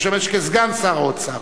המשמש כסגן שר האוצר.